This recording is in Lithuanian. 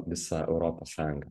visą europos sąjungą